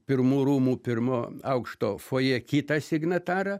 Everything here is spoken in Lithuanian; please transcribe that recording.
pirmų rūmų pirmo aukšto fojė kitą signatarą